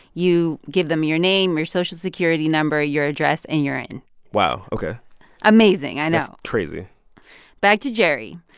you give them your name, your social security number, your address. and you're in wow. ok amazing. i know crazy back to jerry.